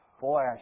boy